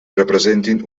representin